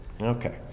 Okay